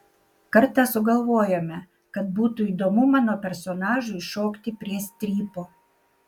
kartą sugalvojome kad būtų įdomu mano personažui šokti prie strypo